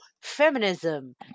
feminism